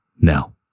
now